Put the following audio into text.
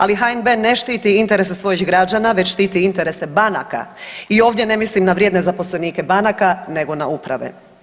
Ali HNB-e ne štiti interese svojih građana, već štiti interese banaka i ovdje ne mislim na vrijedne zaposlenike banaka, nego na uprave.